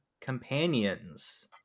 companions